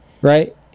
Right